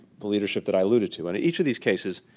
the leadership that i alluded to. and in each of these cases,